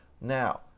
Now